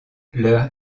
leur